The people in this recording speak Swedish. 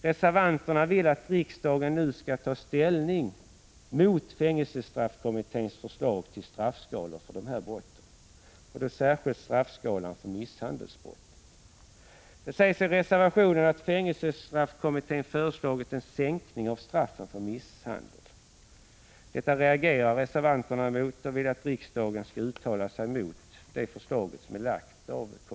Reservanterna vill att riksdagen nu skall ta ställning mot fängelsestraffkommitténs förslag till straffskalor för dessa brott och då särskilt straffskalan för misshandelsbrott. Det sägs i reservationen att fängelsestraffkommittén föreslagit en sänkning av straffen för misshandel. Detta reagerar reservanterna mot och vill att riksdagen skall uttala sig mot fängelsestraffkommitténs förslag i dessa delar.